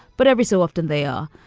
but every so often they are.